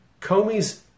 Comey's